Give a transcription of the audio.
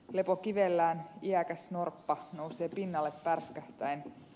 lepokivellään iäkäs norppa nousee pinnalle pärskähtäen